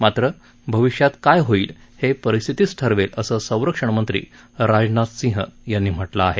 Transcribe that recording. मात्र भविष्यात काय होईल हे परिस्थितीच ठरवेल असं संरक्षण मंत्री राजनाथ सिंह यांनी म्हटलं आहे